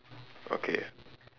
okay